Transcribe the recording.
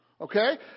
Okay